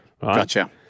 Gotcha